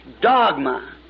dogma